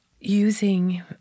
using